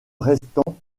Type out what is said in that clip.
restants